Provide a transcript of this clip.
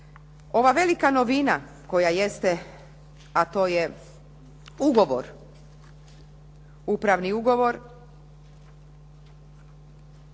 Ova velika novina koja jeste a to je ugovor,